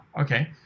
okay